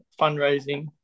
fundraising